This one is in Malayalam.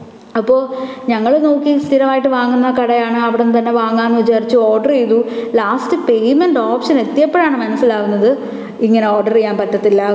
അപ്പോള് ഞങ്ങള് നോക്കി സ്ഥിരമായിട്ട് വാങ്ങുന്ന കടയാണ് അവിടുന്നു തന്നെ വാങ്ങാമെന്ന് വിചാരിച്ച് ഓർഡറീയ്തു ലാസ്റ്റ് പേയ്മെന്റ് ഓപ്ഷൻ എത്തിയപ്പോഴാണ് മനസിലാകുന്നത് ഇങ്ങനെ ഓർഡറെയ്യാന് പറ്റത്തില്ല